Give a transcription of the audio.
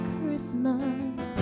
Christmas